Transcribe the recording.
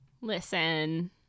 Listen